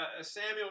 Samuel